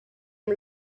amb